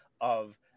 of-